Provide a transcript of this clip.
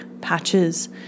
patches